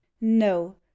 No